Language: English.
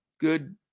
good